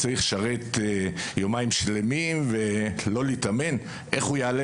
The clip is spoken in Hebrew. אם הוא צריך לשרת יומיים שלמים ולא להתאמן אז איך הוא יעלה